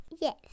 Yes